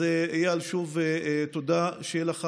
אז איל, שוב תודה, שיהיה לך